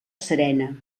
serena